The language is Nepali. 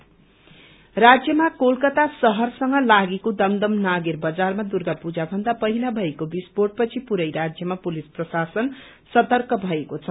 पूजा अर्लट राज्यमा कोलकत्ता शहरसंग लागेको दमदम नागेर बजारमा दुर्गापूजा भन्दा पहिला भएको विस्फोट पछि पूरै राज्यमा पुलिस प्रशासन सर्तक भएको छ